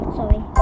sorry